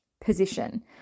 position